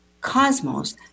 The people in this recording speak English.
Cosmos